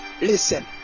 listen